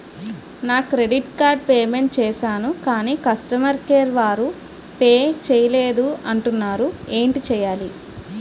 నా credit card payment చేసాను కాని కస్టమర్ కేర్ వారు పే చేయలేదు అంటున్నారు ఏంటి చేయాలి?